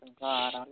God